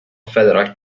federal